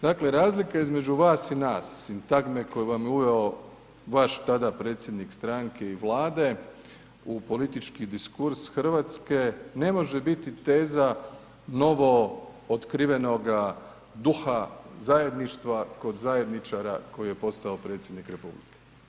Dakle razlika između vas i nas, sintagme koju vam je uveo vaš tada predsjednik stranke i Vlade u politički diskurs Hrvatske, ne može biti teza novootkrivenoga duha zajedništva kod zajedničara koji je postao Predsjednik Republike.